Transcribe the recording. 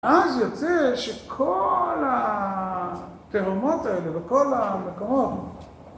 אז יוצא שכל התהומות האלה, בכל המקומות,